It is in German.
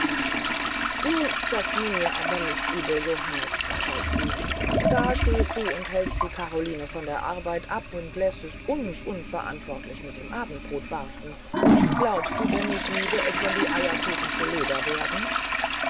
nun das nimm mir aber nicht übel johannes schalt sie da stehst du hältst die karoline von der arbeit ab und lässest uns unverantwortlich mit dem abendbrot warten glaubst du denn ich liebe es wenn die eierkuchen zu leder werden